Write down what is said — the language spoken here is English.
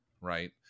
right